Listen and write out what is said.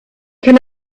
can